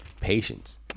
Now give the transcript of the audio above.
patience